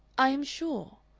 i am sure.